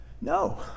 No